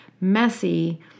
messy